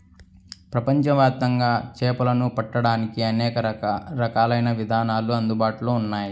ప్రపంచవ్యాప్తంగా చేపలను పట్టడానికి అనేక రకాలైన విధానాలు అందుబాటులో ఉన్నాయి